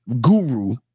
guru